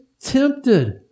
tempted